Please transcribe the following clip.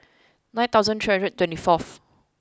nine thousand three hundred twenty fourth